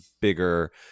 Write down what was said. bigger